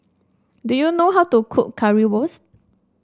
do you know how to cook Currywurst